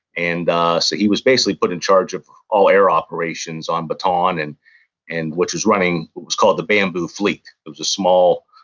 and so he was basically put in charge of all air operations on bataan, and and which was running, it was called the bamboo fleet. it was a small,